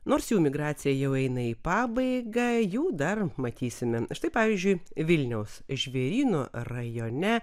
nors jų migracija jau eina į pabaigą jų dar matysime štai pavyzdžiui vilniaus žvėryno rajone